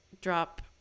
drop